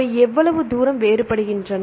அவை எவ்வளவு தூரம் வேறுபடுகின்றன